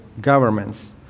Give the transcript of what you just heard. governments